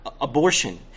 abortion